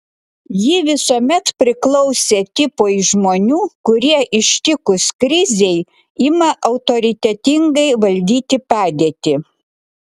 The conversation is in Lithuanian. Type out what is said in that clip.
ji visuomet priklausė tipui žmonių kurie ištikus krizei ima autoritetingai valdyti padėtį